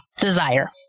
desire